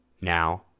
Now